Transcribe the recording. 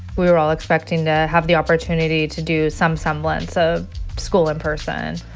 we were all expecting to have the opportunity to do some semblance of school in person.